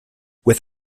with